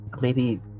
Maybe-